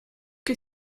que